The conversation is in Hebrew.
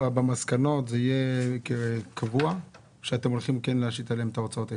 במסקנות זה יהיה קבוע שאתם הולכים כן להשית עליהם את ההוצאות הישירות.